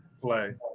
play